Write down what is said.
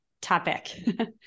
topic